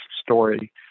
story